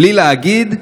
בלי להגיד,